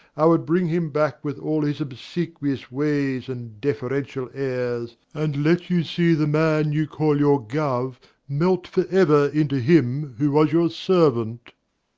i would bring him back with all his obsequious ways and deferential airs, and let you see the man you call your gov. melt for ever into him who was your servant.